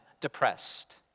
depressed